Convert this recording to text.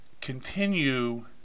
continue